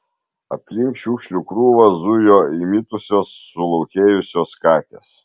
aplink šiukšlių krūvą zujo įmitusios sulaukėjusios katės